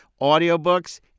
audiobooks